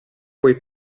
puoi